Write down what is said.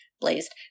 blazed